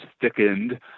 thickened